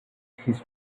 his